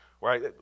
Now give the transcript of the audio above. right